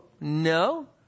No